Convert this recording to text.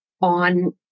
on